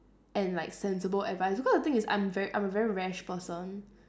and like sensible advice because the thing is I'm very I'm a very rash person